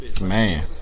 Man